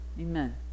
amen